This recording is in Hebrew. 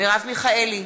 מרב מיכאלי,